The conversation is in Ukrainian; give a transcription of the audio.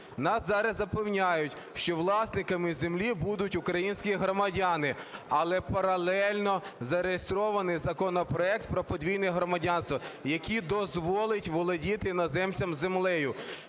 Нас зараз запевняють, що власниками землі будуть українські громадяни. Але паралельно зареєстрований законопроект про подвійне громадянство, який дозволить володіти іноземцям землею.